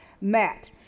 Matt